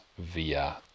via